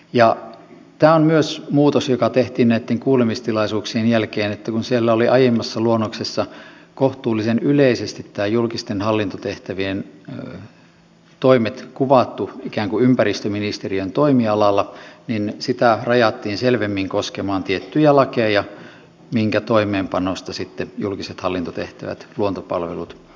tämä on myös muutos joka tehtiin näitten kuulemistilaisuuksien jälkeen että kun siellä oli aiemmassa luonnoksessa kohtuullisen yleisesti nämä julkisten hallintotehtävien toimet kuvattu ikään kuin ympäristöministeriön toimialalla niin sitä rajattiin selvemmin koskemaan tiettyjä lakeja joiden toimeenpanosta sitten julkiset hallintotehtävät luontopalvelut vastaavat